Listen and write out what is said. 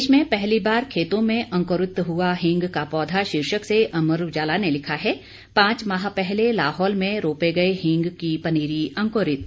देश में पहली बार खेतों में अंकुरित हुआ हींग का पौधा शीर्षक से अमर उजाला ने लिखा है पांच माह पहले लाहौल में रोपे गए हींग की पनीरी अंकुरित